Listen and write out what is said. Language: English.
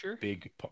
big